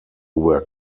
were